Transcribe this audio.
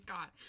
God